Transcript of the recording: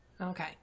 Okay